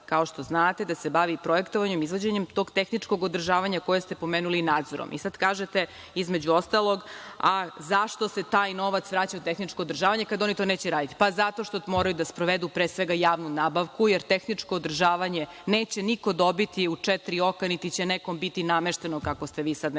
kao što znate, da se bavi projektovanjem, izvođenjem tog tehničkog održavanja, koje ste pomenuli, i nadzorom. Sada kažete, između ostalog, zašto se taj novac vraća tehničko održavanje, kada oni to neće raditi? Pa, zato što moraju da sprovedu pre svega javnu nabavku, jer tehničko održavanje neće niko dobiti u četiri oka, niti će nekom biti namešteno, kako ste vi sada nešto